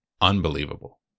unbelievable